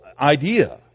idea